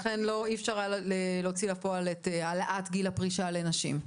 ולכן אי אפשר היה להוציא אל הפועל את העלאת גיל הפרישה לנשים.